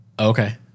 Okay